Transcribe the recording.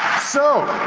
so,